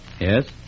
Yes